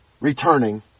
returning